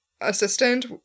assistant